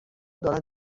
دارند